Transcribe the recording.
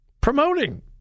promoting